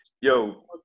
Yo